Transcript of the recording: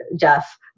Jeff